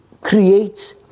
creates